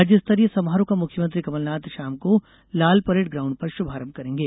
राज्य स्तरीय समारोह का मुख्यमंत्री कमलनाथ शाम को लालपरेड ग्राउण्ड पर शुभारंभ करेंगे